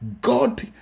God